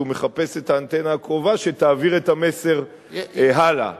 כי הוא מחפש את האנטנה הקרובה שתעביר את המסר הלאה.